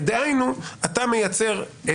אני חושב על כמה אפשרויות.